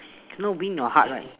no win your heart right